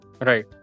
Right